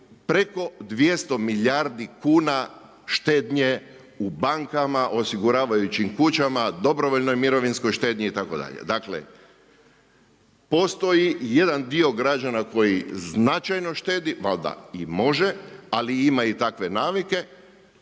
preko 200 milijardi kuna štednje u bankama, osiguravajućim kućama, dobrovoljnoj mirovinskoj štednji itd. Dakle, postoji jedan dio građana koji značajno štedi, valjda i može ali ima i takve navike.